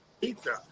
pizza